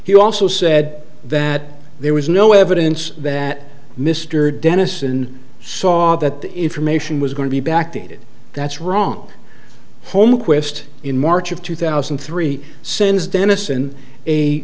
he also said that there was no evidence that mr dennison saw that the information was going to be back to that's wrong home quest in march of two thousand and three sends dennison a